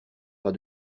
pas